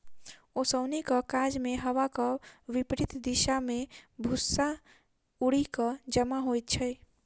ओसौनीक काजमे हवाक विपरित दिशा मे भूस्सा उड़ि क जमा होइत छै